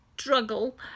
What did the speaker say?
Struggle